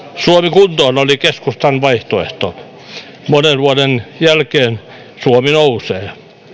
kuntoon oli keskustan vaihtoehto monen vuoden jälkeen suomi nousee talous